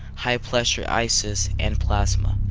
high pressure ices, and plasma!